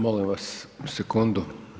Molim vas, sekundu.